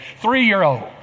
Three-year-old